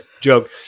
joke